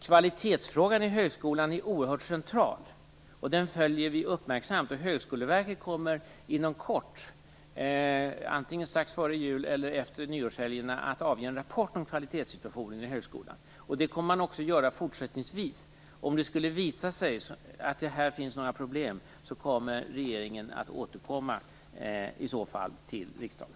Kvalitetsfrågan i högskolan är oerhört central, och den följer vi uppmärksamt. Högskoleverket kommer inom kort, antingen strax före jul eller efter nyårshelgerna, att avge en rapport om kvalitetssituationen i högskolan. Detta kommer att ske också fortsättningsvis, och om det skulle visa sig att det här finns några problem kommer regeringen att återkomma till riksdagen.